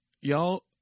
y'all